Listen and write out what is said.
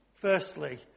Firstly